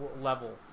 level